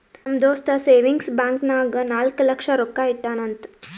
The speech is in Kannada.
ನಮ್ ದೋಸ್ತ ಸೇವಿಂಗ್ಸ್ ಬ್ಯಾಂಕ್ ನಾಗ್ ನಾಲ್ಕ ಲಕ್ಷ ರೊಕ್ಕಾ ಇಟ್ಟಾನ್ ಅಂತ್